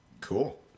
Cool